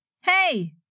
hey